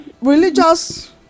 religious